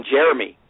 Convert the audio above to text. Jeremy